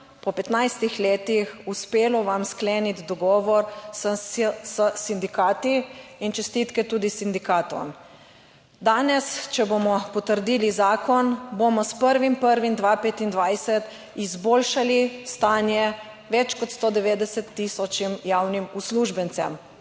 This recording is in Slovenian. po 15 letih, uspelo vam skleniti dogovor s sindikati, in čestitke tudi sindikatom. Danes, če bomo potrdili zakon, bomo s 1. 1. 2025 izboljšali stanje več kot 190 tisoč javnim uslužbencem.